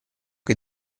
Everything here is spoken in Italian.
che